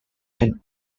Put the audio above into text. and